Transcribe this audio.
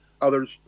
others